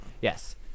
yes